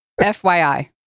FYI